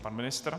Pan ministr?